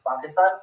Pakistan